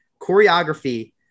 choreography